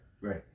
Right